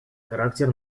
характер